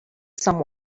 some